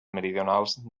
meridionals